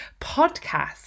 podcast